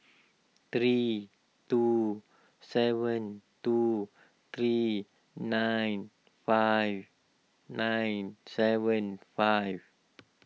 three two seven two three nine five nine seven five